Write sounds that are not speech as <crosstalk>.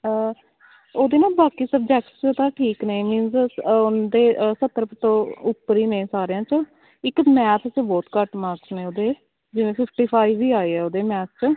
ਉਹਦੇ ਨਾ ਬਾਕੀ ਸਬਜੈਕਟਸ 'ਚ ਤਾਂ ਠੀਕ ਨੇ ਮਿਨਸ ਨ ਦੇ ਸੱਤਰ ਕੁ ਤੋਂ ਉੱਪਰ ਹੀ ਨੇ ਸਾਰਿਆਂ 'ਚੋਂ ਇੱਕ <unintelligible> ਮੈਥ 'ਚ ਬਹੁਤ ਘੱਟ ਮਾਕਸ ਨੇ ਉਹਦੇ ਜਿਵੇਂ ਫਿਫਟੀ ਫਾਈਵ ਹੀ ਆਏ ਹੈ ਉਹਦੇ ਮੈਥ 'ਚ